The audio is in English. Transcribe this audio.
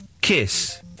Kiss